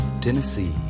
Tennessee